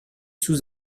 sous